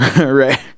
right